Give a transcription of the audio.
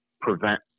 prevent